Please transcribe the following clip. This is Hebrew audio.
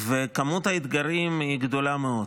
וכמות האתגרים היא גדולה מאוד.